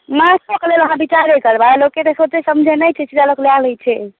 माँछोके लेल अहाँ बिचारे करबै लोक एतेक सोचै समझै नहि छै सीधा लोक लऽ लै छै